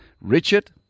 Richard